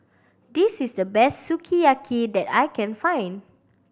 this is the best Sukiyaki that I can find